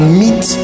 meet